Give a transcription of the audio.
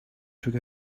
took